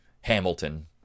Hamilton